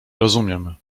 rozumiem